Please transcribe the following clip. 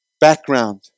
background